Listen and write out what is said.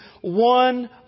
one